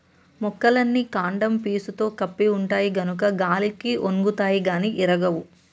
మొక్కలన్నీ కాండం పీసుతో కప్పి ఉంటాయి గనుక గాలికి ఒన్గుతాయి గాని ఇరగవు